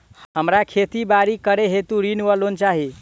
हमरा खेती बाड़ी करै हेतु ऋण वा लोन चाहि?